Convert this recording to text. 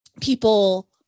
people